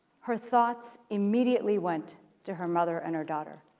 her thoughts immediately went to her mother and her daughter,